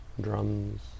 drums